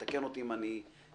תקן אותי אם אני טועה,